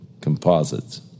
composites